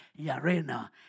Yarena